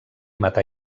matar